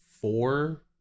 four